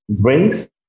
drinks